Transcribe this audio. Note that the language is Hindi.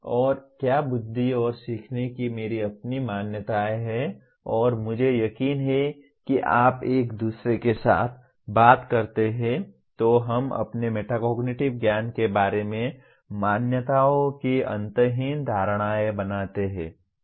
और क्या बुद्धि और सीखने की मेरी अपनी मान्यताएं हैं और मुझे यकीन है कि जब आप एक दूसरे के साथ बात करते हैं तो हम अपने मेटाकोग्निटिव ज्ञान के बारे में मान्यताओं की अंतहीन धारणाएं बनाते हैं